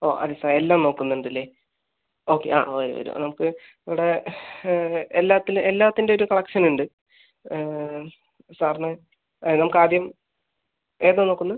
ഓ അതെ സാർ എല്ലാം നോക്കുന്നുണ്ട് അല്ലേ ഓക്കെ ആ വരൂ വരൂ നമുക്ക് ഇവിടെ എല്ലാത്തിന് എല്ലാത്തിൻ്റെ ഒരു കളക്ഷൻ ഉണ്ട് സാറിന് നമുക്ക് ആദ്യം ഏതാ നോക്കുന്നത്